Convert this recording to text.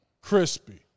Crispy